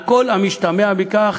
על כל המשתמע מכך.